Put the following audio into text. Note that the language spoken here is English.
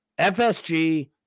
FSG